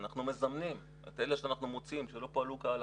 אנחנו מזמנים את אלה שאנחנו מוצאים שלא פעלו כהלכה.